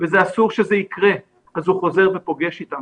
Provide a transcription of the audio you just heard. ואסור שזה יקרה, אז הוא חוזר ופוגש אותם.